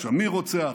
"שמיר רוצח",